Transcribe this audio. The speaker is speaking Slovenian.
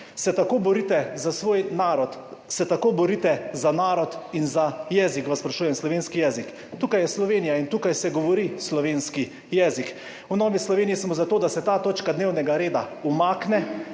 Se tako borite za svoj narod? Se tako borite za narod in za jezik, vas sprašujem, slovenski jezik. Tukaj je Slovenija in tukaj se govori slovenski jezik. V Novi Sloveniji smo za to, da se ta točka dnevnega reda